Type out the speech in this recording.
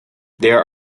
there